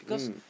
mm